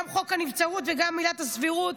גם חוק הנבצרות וגם עילת הסבירות,